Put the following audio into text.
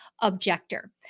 objector